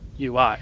UI